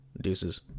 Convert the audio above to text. Deuces